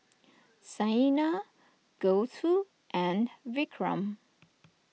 Saina Gouthu and Vikram